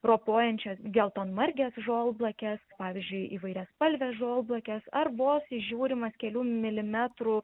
ropojančias geltonmarges žolblakes pavyzdžiui įvairiaspalves žolblakes ar vos įžiūrimas kelių milimetrų